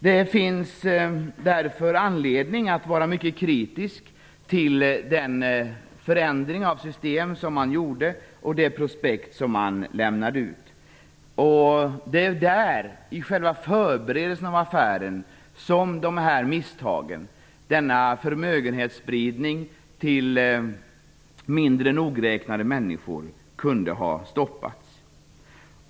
Det finns anledning att vara mycket kritisk till den förändring av system som man företog och det prospekt som man lämnade ut. Det är där, i själva förberedelsen av affären, som misstagen - denna förmögenhetsspridning till mindre nogräknade människor - kunde ha stoppats.